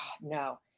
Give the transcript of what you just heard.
no